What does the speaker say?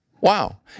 Wow